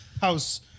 House